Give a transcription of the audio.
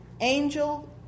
angel